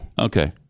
Okay